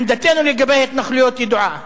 עמדתנו לגבי ההתנחלויות ידועה: